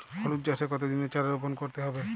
হলুদ চাষে কত দিনের চারা রোপন করতে হবে?